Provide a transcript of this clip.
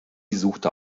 suchte